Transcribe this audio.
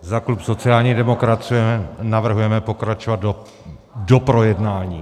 Za klub sociální demokracie navrhujeme pokračovat do projednání.